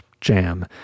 jam